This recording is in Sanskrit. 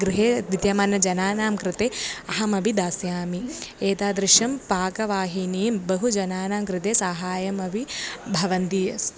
गृहे विद्यमानजनानां कृते अहमपि दास्यामि एतादृशं पाकवाहिनी बहुजनानां कृते साहाय्यमपि भवन्ति अस्ति